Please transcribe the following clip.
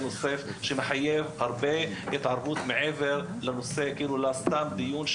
זה נושא שמחייב הרבה מעבר ל-׳סתם׳ דיון.